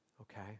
okay